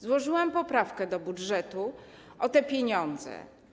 Złożyłam poprawkę do budżetu o te pieniądze.